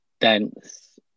dense